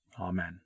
Amen